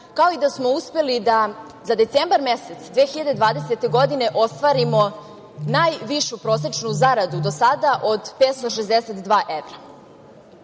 kao i da smo uspeli za decembar mesec 2020. godine ostvarimo najvišu prosečnu zaradu do sada od 562 evra.